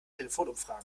telefonumfragen